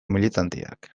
militanteak